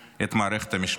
את מערכת המשפט.